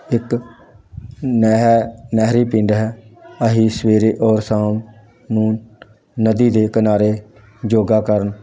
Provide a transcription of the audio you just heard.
ਇੱਕ ਨਹਿ ਨਹਿਰੀ ਪਿੰਡ ਹੈ ਅਸੀਂ ਸਵੇਰੇ ਔਰ ਸ਼ਾਮ ਨੂੰ ਨਦੀ ਦੇ ਕਿਨਾਰੇ ਯੋਗਾ ਕਰਨ